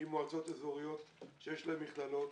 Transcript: עם מועצות אזוריות שיש להן מכללות,